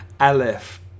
Aleph